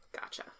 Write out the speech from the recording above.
Gotcha